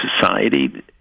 society